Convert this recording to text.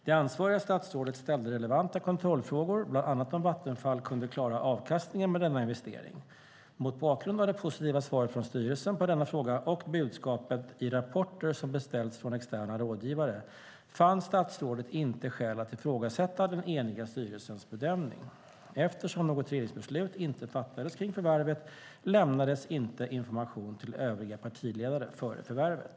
Det ansvariga statsrådet ställde relevanta kontrollfrågor, bland annat om Vattenfall kunde klara avkastningen med denna investering. Mot bakgrund av det positiva svaret från styrelsen på denna fråga, och budskapet i rapporter som beställts från externa rådgivare, fann statsrådet inte skäl att ifrågasätta den eniga styrelsens bedömning. Eftersom något regeringsbeslut inte fattades kring förvärvet lämnades inte information till övriga partiledare före förvärvet.